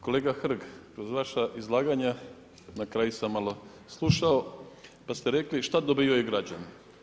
Kolega Hrg, kroz vaša izlaganja na kraju sam malo slušao pa ste rekli šta dobivaju građani.